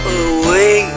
away